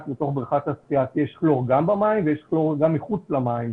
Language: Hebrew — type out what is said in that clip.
לתוך בריכת השחייה כי יש כלור גם במים וגם מחוץ למים.